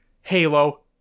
Halo